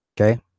Okay